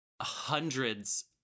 hundreds